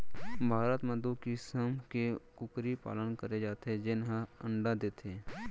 भारत म दू किसम के कुकरी पालन करे जाथे जेन हर अंडा देथे